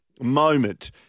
moment